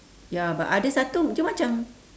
ya but ada satu macam-macam